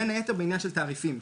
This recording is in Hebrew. בין היתר בכל הקשור בתעריפים.